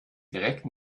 direkt